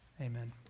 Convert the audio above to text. Amen